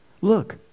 look